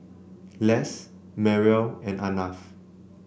Les Mariel and Arnav